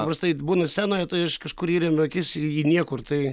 paprastai būnu scenoje tai iš kažkur įremiu akis į niekur tai